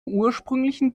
ursprünglichen